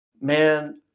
man